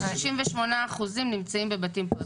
68% נמצאים בבתים פרטיים.